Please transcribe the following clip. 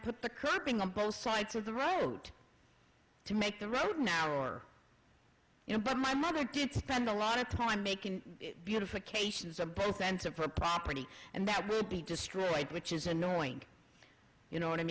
put the curb in the both sides of the road to make the road now or you know but my mother did spend a lot of time making beautification is a both ends of her property and that will be destroyed which is annoying you know what i